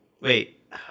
wait